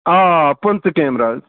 آ آ پٍنٛٛژٕہ کیمرا حظ